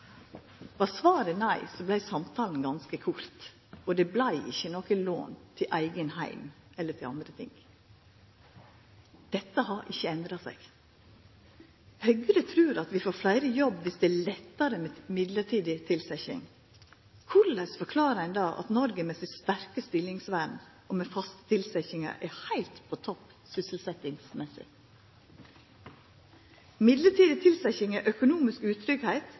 Var svaret nei, vart samtalen ganske kort – det vart ikkje noko lån til eigen heim eller til andre ting. Dette har ikkje endra seg. Høgre trur at vi får fleire i jobb viss det vert lettare med mellombels tilsetjing. Korleis forklarer ein då at Noreg med sitt sterke stillingsvern, og med faste tilsetjingar, er heilt på topp når det gjeld sysselsetjing? Mellombels tilsetjing er økonomisk